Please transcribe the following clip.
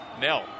Nell